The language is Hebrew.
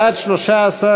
הנושא לוועדת הכספים נתקבלה.